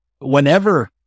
Whenever